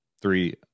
three